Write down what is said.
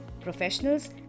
professionals